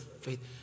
faith